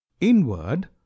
inward